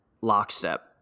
lockstep